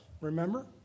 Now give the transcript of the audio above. remember